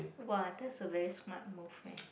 !wow! that's a very smart move eh